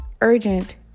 urgent